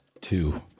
Two